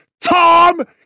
Tom